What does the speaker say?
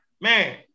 man